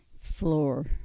floor